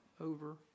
over